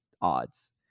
odds